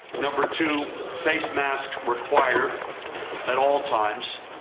number two, face masks required at all times.